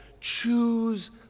choose